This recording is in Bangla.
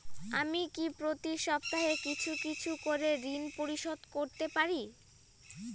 আমি কি প্রতি সপ্তাহে কিছু কিছু করে ঋন পরিশোধ করতে পারি?